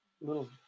little